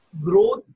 growth